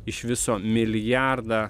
iš viso milijardą